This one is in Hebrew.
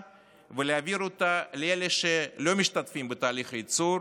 ולהעביר אותה לאלה שלא משתתפים בתהליך הייצור,